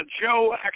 Joe